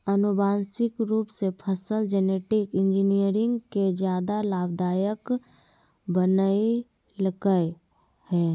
आनुवांशिक रूप से फसल जेनेटिक इंजीनियरिंग के ज्यादा लाभदायक बनैयलकय हें